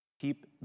Keep